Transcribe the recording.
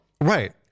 Right